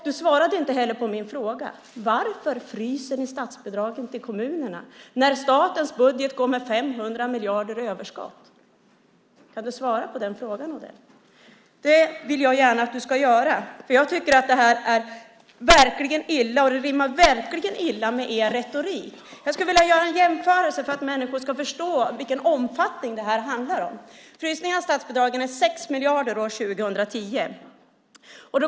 Du svarade inte heller på min fråga varför ni fryser statsbidragen till kommunerna när statens budget går med 500 miljarder i överskott. Kan du svara på den frågan, Odell? Det vill jag gärna att du ska göra, för jag tycker att det här verkligen är illa, och det rimmar verkligen illa med er retorik. Jag ska göra en jämförelse för att människor ska förstå vilken omfattning det här handlar om. Frysningen av statsbidragen är på 6 miljarder år 2010.